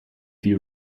bhí